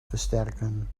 versterken